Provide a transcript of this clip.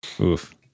oof